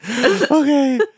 Okay